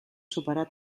superar